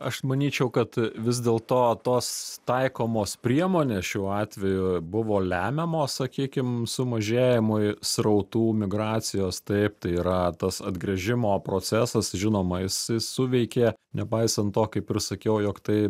aš manyčiau kad vis dėlto tos taikomos priemonės šiuo atveju buvo lemiamos sakykim sumažėjimui srautų migracijos taip tai yra tas atgręžimo procesas žinoma jis suveikė nepaisant to kaip ir sakiau jog tai